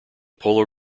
polo